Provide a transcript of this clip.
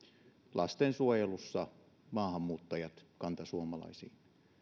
lastensuojelussa maahanmuuttajat ja kantasuomalaiset